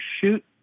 shoot